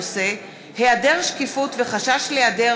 אילן גילאון וקסניה סבטלובה בנושא: היעדר שקיפות וחשש להיעדר